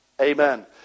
amen